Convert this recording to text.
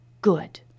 good